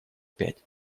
пять